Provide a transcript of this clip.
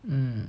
mm